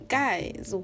guys